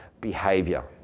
behavior